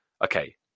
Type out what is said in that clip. Okay